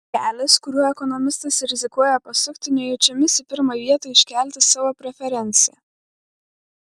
kelias kuriuo ekonomistas rizikuoja pasukti nejučiomis į pirmą vietą iškelti savo preferenciją